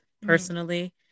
personally